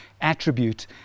attribute